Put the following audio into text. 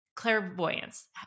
Clairvoyance